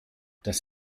das